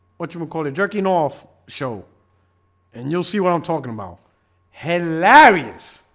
what you would call it jerking off show and you'll see what um talking about hilarious,